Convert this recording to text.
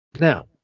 now